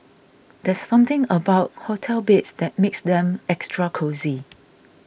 there's something about hotel beds that makes them extra cosy